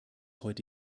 heute